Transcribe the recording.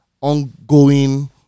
ongoing